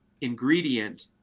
ingredient